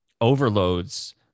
overloads